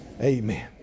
Amen